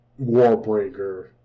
Warbreaker